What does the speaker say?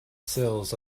sills